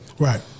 Right